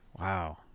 wow